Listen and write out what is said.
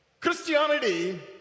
Christianity